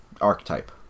archetype